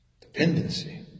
Dependency